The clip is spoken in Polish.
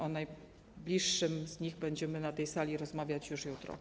O najbliższym z nich będziemy na tej sali rozmawiać już jutro.